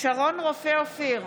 שרון רופא אופיר,